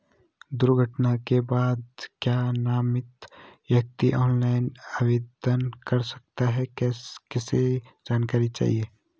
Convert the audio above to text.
दुर्घटना के बाद क्या नामित व्यक्ति ऑनलाइन आवेदन कर सकता है कैसे जानकारी चाहिए?